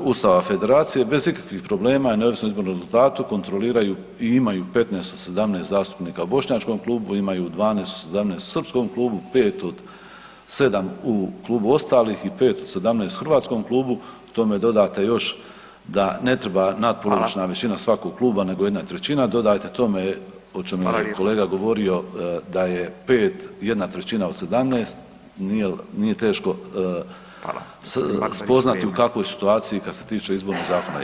Ustava Federacije bez ikakvih problema i neovisno o izbornom rezultatu kontroliraju imaju 15 od 17 zastupnika u bošnjačkom klubu, imaju 12 od 17 u srpskom klubu, 5 od 7 u klubu ostalih i 5 od 17 u hrvatskom klubu, k tome dodate još da ne treba natpolovična većina svakog kluba nego 1/3, dodajte tome, o čemu je kolega govorio da je 5 jedna trećina od 17 nije teško spoznati u kakvoj situaciji kad se tiče Izbornog zakona jesmo.